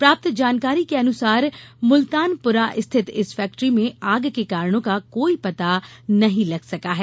प्राप्त जानकारी के अनुसार मुलतानपुरा स्थित इस फैक्ट्री में आग के कारणों का कोई पता नहीं लग सका है